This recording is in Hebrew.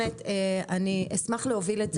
אני אשמח להוביל את זה.